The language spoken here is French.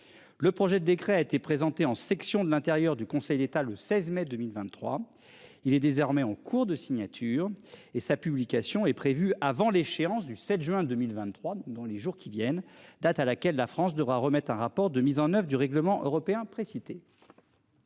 Le projet de décret a été présenté en section de l'intérieur du Conseil d'État le 16 mai 2023. Il est désormais en cours de signature et sa publication est prévue avant l'échéance du 7 juin 2023. Dans les jours qui viennent. Date à laquelle la France devra remettre un rapport de mise en oeuvre du règlement européen précités.